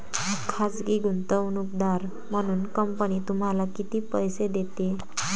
खाजगी गुंतवणूकदार म्हणून कंपनी तुम्हाला किती पैसे देते?